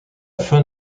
fin